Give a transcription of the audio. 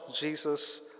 Jesus